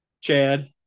Chad